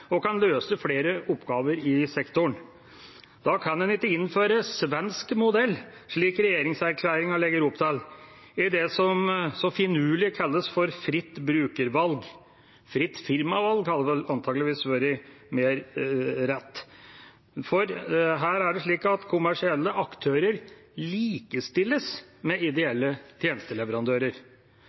og kan løse flere oppgaver i sektoren. Da kan en ikke innføre svensk modell, slik regjeringserklæringen legger opp til i det som så finurlig kalles «fritt brukervalg». «Fritt firmavalg» hadde vel antakeligvis vært mer rett, for her er det slik at kommersielle aktører likestilles med ideelle tjenesteleverandører.